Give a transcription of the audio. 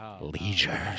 leisure